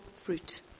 fruit